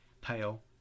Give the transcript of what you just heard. Pale